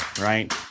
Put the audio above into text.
right